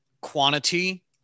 quantity